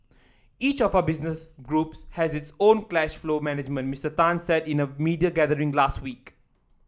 each of our business groups has its own cash flow management Mister Tan said in a media gathering last week